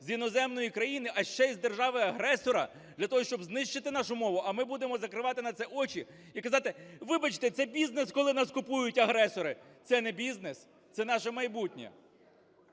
з іноземної країни, а ще й з держави-агресора для того, щоб знищити нашу мову, а ми будемо закривати на це очі і казати: вибачте, це бізнес, коли у нас купують агресори. Це не бізнес, це наше майбутнє.